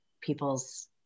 people's